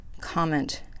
comment